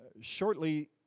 Shortly